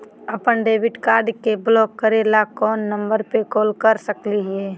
अपन debit card के block करे ला कौन नंबर पे कॉल कर सकली हई?